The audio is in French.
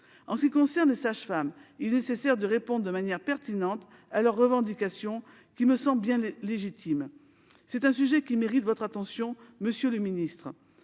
En ce qui concerne les sages-femmes, il est nécessaire de répondre de manière pertinente à leurs revendications, lesquelles me semblent bien légitimes. C'est un sujet qui mérite votre attention, monsieur le ministre.